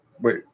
Wait